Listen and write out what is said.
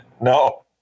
No